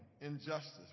Injustice